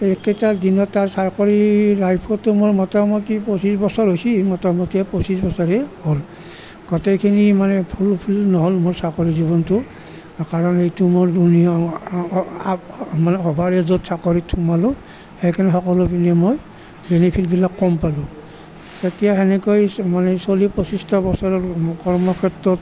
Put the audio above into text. এইকেটা দিনত তাত চাকৰি লাইফতো মই মোটামুটি পঁচিছ বছৰ হৈছে মোটামুটি পঁচিছ বছৰেই হ'ল গোটেইখিনি মানে ফুলফিল নহ'ল মোৰ চাকৰি জীৱনটো কাৰণ এইটো মোৰ মানে অভাৰেইজত চাকৰিত সোমালোঁ সেইকাৰণে সকলো পিনে মোৰ বেনিফিটবিলাক কম পালোঁ এতিয়া সেনেকৈ চ মানে চলি পঁচিছটা বছৰৰ মোৰ কৰ্ম ক্ষেত্ৰত